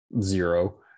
zero